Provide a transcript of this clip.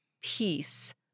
peace